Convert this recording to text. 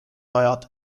ajad